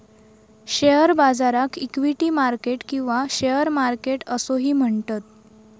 share बाजाराक equity market किंवा share market असोही म्हणतत